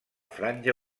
franja